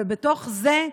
ובתוך זה,